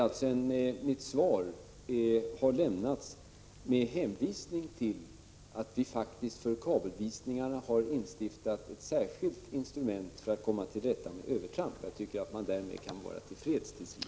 Mitt svar har lämnats med hänvisning till att vi faktiskt för kabelvisningarna har instiftat ett särskilt instrument för att komma till rätta med övertramp. Jag tycker att man kan vara till freds därmed tills vidare.